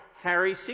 Harry